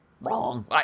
wrong